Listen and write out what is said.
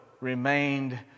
remained